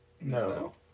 No